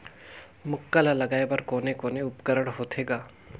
मक्का ला लगाय बर कोने कोने उपकरण होथे ग?